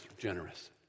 generous